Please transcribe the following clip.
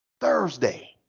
Thursday